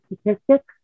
statistics